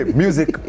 music